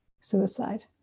suicide